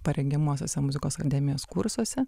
parengiamuosiuose muzikos akademijos kursuose